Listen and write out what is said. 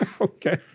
Okay